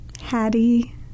Hattie